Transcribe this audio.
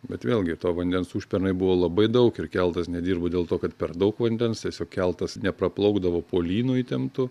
bet vėlgi to vandens užpernai buvo labai daug ir keltas nedirbo dėl to kad per daug vandens tiesiog keltas nepraplaukdavo po lynu įtemptu